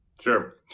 Sure